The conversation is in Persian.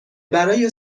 برای